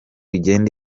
igenda